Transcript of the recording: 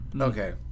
Okay